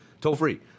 Toll-free